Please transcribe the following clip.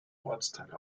ortsteile